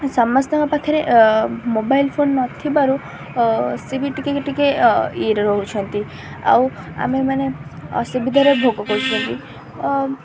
ସମସ୍ତଙ୍କ ପାଖରେ mobile phone ନଥିବାରୁ ସେ ବି ଟିକେ ଟିକେ ଇଏରେ ରହୁଛନ୍ତି ଆଉ ଆମେମାନେ ଅସୁବିଧାରେ ଭୋଗ କରୁଛନ୍ତି